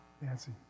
Nancy